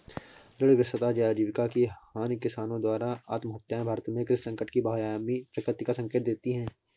ऋणग्रस्तता आजीविका की हानि किसानों द्वारा आत्महत्याएं भारत में कृषि संकट की बहुआयामी प्रकृति का संकेत देती है